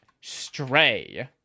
Stray